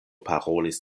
parolis